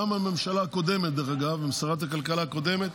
דרך אגב, גם הממשלה הקודמת, עם שרת הכלכלה הקודמת,